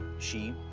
she